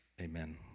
Amen